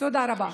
תודה רבה.